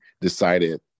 decided